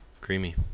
Creamy